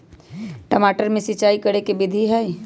टमाटर में सिचाई करे के की विधि हई?